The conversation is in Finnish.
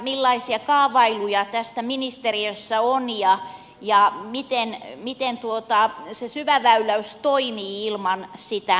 millaisia kaavailuja tästä ministeriössä on ja miten se syväväyläys toimii ilman sitä siltaa